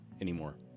anymore